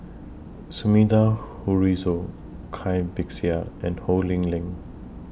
Sumida Haruzo Cai Bixia and Ho Lee Ling